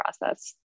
process